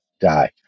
Die